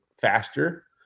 faster